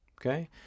Okay